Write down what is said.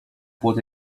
płot